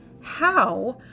How